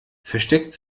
versteckt